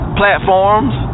platforms